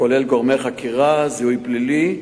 הכולל גורמי חקירה וזיהוי פלילי.